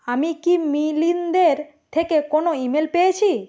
আমি কি মিলিন্দের থেকে কোনো ইমেল পেয়েছি